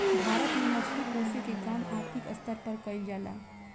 भारत में मछली पोसेके के काम आर्थिक स्तर पर कईल जा ला